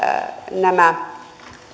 nämä